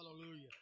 Hallelujah